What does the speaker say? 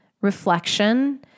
reflection